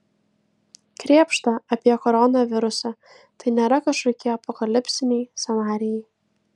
krėpšta apie koronavirusą tai nėra kažkokie apokalipsiniai scenarijai